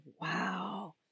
Wow